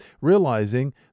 realizing